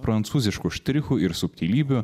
prancūziškų štrichų ir subtilybių